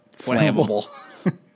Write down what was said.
flammable